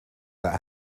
that